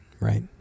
Right